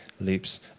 leaps